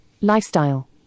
Lifestyle